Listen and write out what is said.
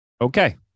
Okay